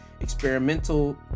experimental